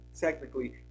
technically